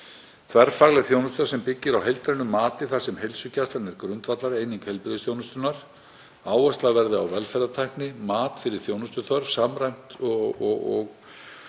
þverfagleg þjónusta sem byggir á heildrænu mati þar sem heilsugæslan er grundvallareining heilbrigðisþjónustunnar. Áhersla verði á velferðartækni, mat fyrir þjónustuþörf samræmt og